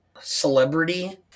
celebrity